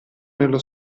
nello